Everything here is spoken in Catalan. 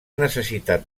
necessitat